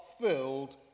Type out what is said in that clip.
filled